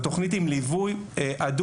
זוהי תכנית עם ליווי הדוק,